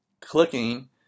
clicking